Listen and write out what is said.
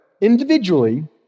individually